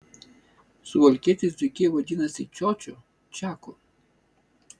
suvalkietis dzūkijoje vadinasi čiočiu čiaku